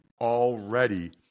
already